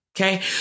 Okay